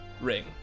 ring